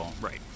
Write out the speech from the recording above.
Right